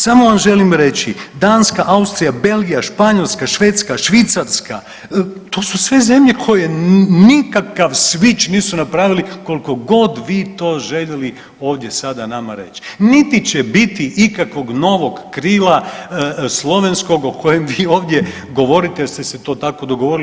Samo vam želim reći Danska, Austrija, Belgija, Španjolska, Švedska, Švicarska to su sve zemlje koje nikakav svič nisu napravili koliko god vi to željeli ovdje sada nama reći, niti će biti ikakvog novog krila slovenskog o kojem vi ovdje govorite jer ste se tako dogovorili.